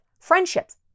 friendships